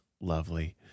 lovely